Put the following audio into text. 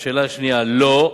2. לא.